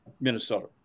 Minnesota